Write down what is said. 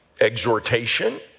exhortation